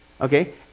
Okay